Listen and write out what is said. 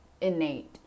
innate